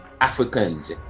Africans